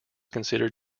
considered